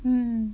mm